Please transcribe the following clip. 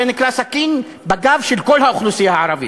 זה נקרא סכין בגב של כל האוכלוסייה הערבית,